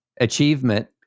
Achievement